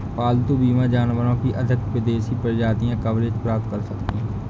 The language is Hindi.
पालतू बीमा जानवरों की अधिक विदेशी प्रजातियां कवरेज प्राप्त कर सकती हैं